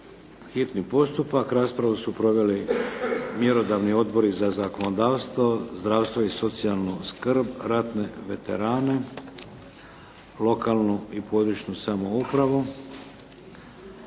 P.Z. broj 543 Raspravu su proveli mjerodavni Odbori za zakonodavstvo, zdravstvo i socijalnu skrb, ratne veterane, lokalnu i područnu samoupravu.